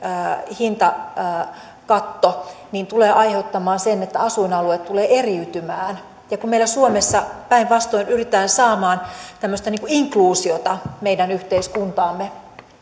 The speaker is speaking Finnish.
hintakatto tulee aiheuttamaan sen että asuinalueet tulevat eriytymään kun meillä suomessa päinvastoin pyritään saamaan tämmöistä inkluusiota meidän yhteiskuntaamme